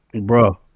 bro